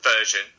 version